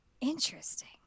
Interesting